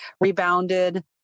rebounded